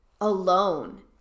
alone